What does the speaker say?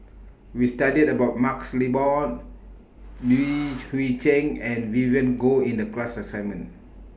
We studied about MaxLe Blond Li Hui Cheng and Vivien Goh in The class assignment